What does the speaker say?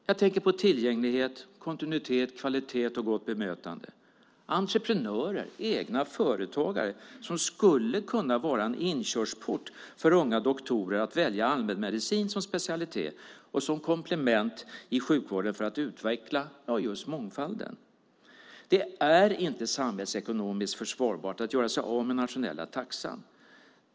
Jag tänker på tillgänglighet, kontinuitet, kvalitet och gott bemötande. Det är entreprenörer, egna företagare. Det skulle kunna vara en inkörsport för unga doktorer att välja allmänmedicin som specialitet och ett komplement i sjukvården för att utveckla just mångfalden. Det är inte samhällsekonomiskt försvarbart att göra sig av med den nationella taxan.